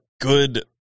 good